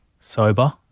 sober